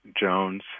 Jones